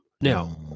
Now